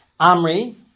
Amri